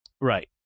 right